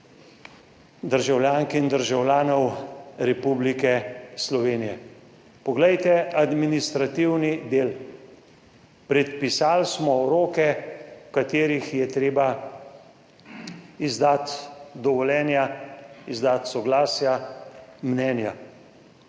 državljank in državljanov Republike Slovenije. Poglejte, administrativni del, predpisali smo roke, v katerih je treba izdati dovoljenja, izdati soglasja, mnenja.